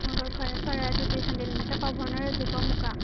ꯍꯣꯏ ꯍꯣꯏ ꯐꯔꯦ ꯐꯔꯦ ꯑꯗꯨꯗꯤ ꯁꯟꯗꯦ ꯅꯨꯃꯤꯠꯇ ꯄꯥꯎ ꯐꯥꯎꯅꯔꯁꯤꯀꯣ ꯑꯃꯨꯛꯀ